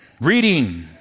reading